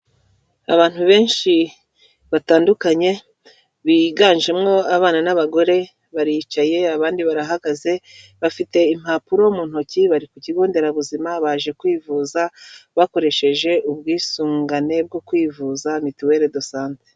Abantu benshi batandukanye biganjemo abana n'abagore baricaye abandi barahagaze bafite impapuro mu ntoki bari ku kigo nderabuzima baje kwivuza, bakoresheje ubwisungane bwo kwivuza Mutuelle de Sante.